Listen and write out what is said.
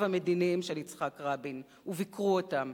המדיניים של יצחק רבין וביקרו אותם.